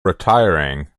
retiring